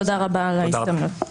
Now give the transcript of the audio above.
תודה רבה על ההזדמנות.